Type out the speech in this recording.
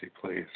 please